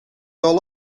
all